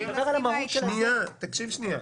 אני מדבר על המהות --- תקשיב שנייה.